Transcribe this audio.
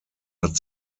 hat